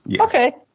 Okay